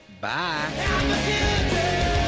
bye